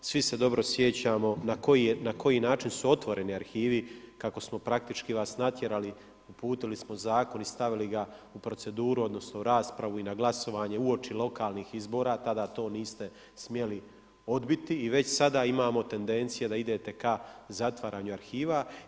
Svi se dobro sjećamo na koji način su otvoreni arhivi, kako smo praktički vas natjerali, uputili smo zakon i stavili ga u proceduru, odnosno, na raspravu i na glasovanje uoči lokalnih izbora, tada to niste smjeli odbiti i već sada imamo tendencija da idete ka zatvaranju arhiva.